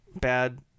bad